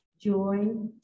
joy